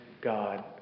God